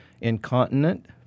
incontinent